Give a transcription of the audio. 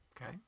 Okay